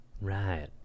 Right